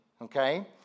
Okay